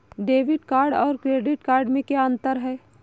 Debit card और credit card में क्या अंतर है?